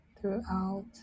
throughout